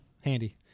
handy